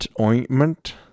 ointment